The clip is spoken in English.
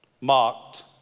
mocked